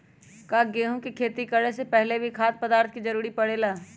का गेहूं के खेती करे से पहले भी खाद्य पदार्थ के जरूरी परे ले?